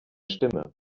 stimme